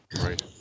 Right